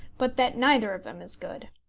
but that neither of them is good.